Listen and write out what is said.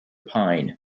pyne